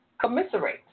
commiserate